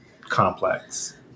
complex